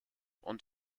und